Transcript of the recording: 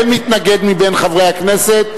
אין מתנגד מחברי הכנסת,